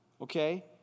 okay